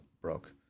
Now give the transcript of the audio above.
broke